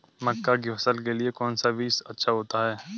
मक्का की फसल के लिए कौन सा बीज अच्छा होता है?